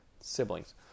Siblings